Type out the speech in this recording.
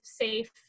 safe